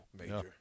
Major